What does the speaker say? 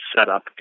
setup